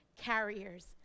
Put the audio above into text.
carriers